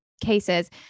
cases